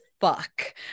fuck